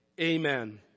Amen